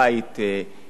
לא יהיה לו מה לעשות אתו.